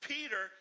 Peter